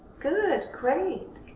good. great.